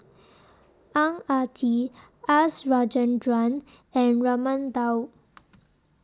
Ang Ah Tee S Rajendran and Raman Daud